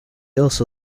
also